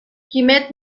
quimet